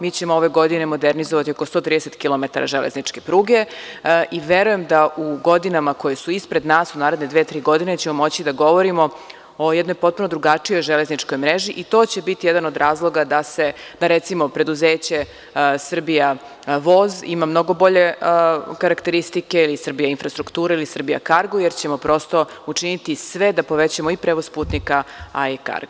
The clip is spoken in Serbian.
Mi ćemo ove godine modernizovati oko 130 km železničke pruge, i verujem da u godinama koje su ispred nas, u naredne dve, tri godine, ćemo moći da govorimo o jednoj potpuno drugačijoj železničkoj mreži i to će biti jedan od razloga da se, recimo preduzeće „Srbija voz“ ima mnogo bolje karakteristike, ili „Srbija infrastrukture“ ili „Srbija kargo“ jer ćemo prosto učiniti sve da povećamo i prevoz putnika. a i karga.